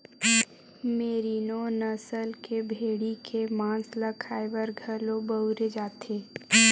मेरिनों नसल के भेड़ी के मांस ल खाए बर घलो बउरे जाथे